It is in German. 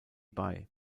bei